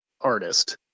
artist